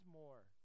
more